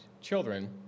children